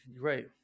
right